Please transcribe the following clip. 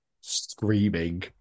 screaming